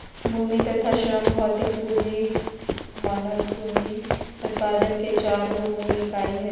भूमि तथा श्रम भौतिक पूँजी मानव पूँजी उत्पादन के चार गो मूल इकाई हइ